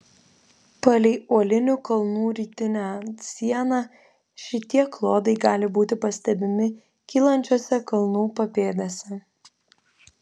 palei uolinių kalnų rytinę sieną šitie klodai gali būti pastebimi kylančiose kalnų papėdėse